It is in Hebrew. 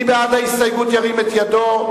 מי בעד ההסתייגות, ירים את ידו.